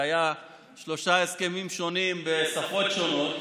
כי היו שלושה הסכמים שונים בשפות שונות,